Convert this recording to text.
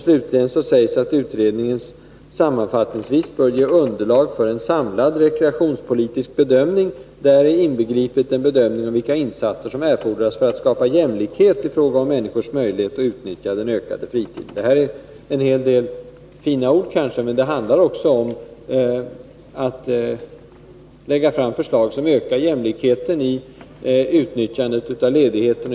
Slutligen sägs att utredningen sammanfattningsvis bör ge underlag för en samlad rekreationspolitisk bedömning, däri inbegripet en bedömning om vilka insatser som erfordras för att skapa jämlikhet i fråga om människors möjligheter att utnyttja den ökade fritiden.” Det här är en hel del fina ord kanske, men det handlar också om att lägga fram förslag som ökar jämlikheten i utnyttjandet av ledigheten.